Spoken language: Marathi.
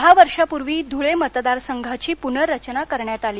दहा वर्षापुर्वी धुळे मतदारसंघाची पुनर्चना करण्यात आली